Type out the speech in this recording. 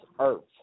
Earth